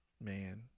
Man